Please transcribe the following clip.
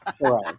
right